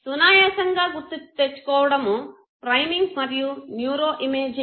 సునాయాసంగా గుర్తు తెచ్చుకోవడము ప్రైమింగ్ మరియు న్యూరోఇమేజింగ్